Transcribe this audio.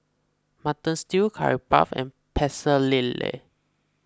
Mutton Stew Curry Puff and Pecel Lele